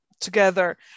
together